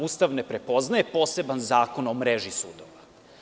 Ustav ne prepoznaje poseban zakon o mreži sudova.